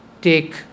take